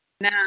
Now